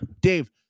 Dave